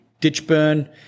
Ditchburn